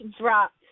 dropped